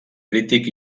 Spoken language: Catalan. crític